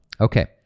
Okay